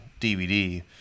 DVD